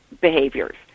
behaviors